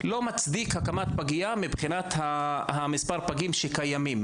אין הצדקה להקים פגייה מבחינת מספר הפגים הקיים,